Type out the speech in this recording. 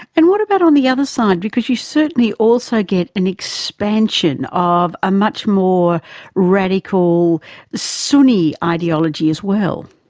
and what about on the other side, because you certainly also get an expansion of a much more radical sunni ideology as well.